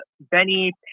Benny